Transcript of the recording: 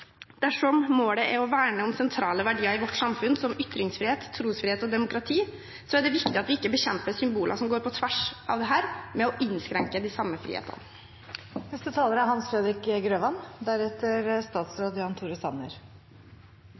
Dersom målet er å verne om sentrale verdier i vårt samfunn, som ytringsfrihet, trosfrihet og demokrati, er det viktig at vi ikke bekjemper symboler som går på tvers av dette med å innskrenke de samme